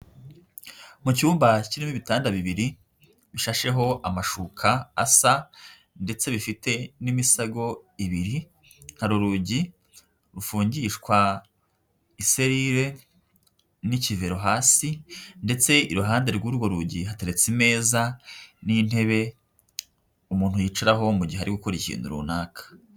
Mu cyumba kirimo ibitanda bibiri, bishasheho amashuka asa, ndetse bifite n'imisego ibiri, hari urugi rufungishwa iserire n'ikivero hasi, ndetse iruhande rw'urwo rugi hateretse imeza n'intebe, umuntu yicaraho mu gihe ari gukora ikintu runaka.